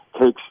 takes